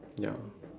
ya